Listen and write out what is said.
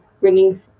ringing